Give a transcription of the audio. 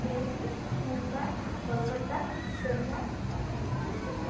Delhi Mumbai Kolkata Chennai Patna